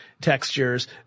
textures